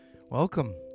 Welcome